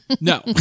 No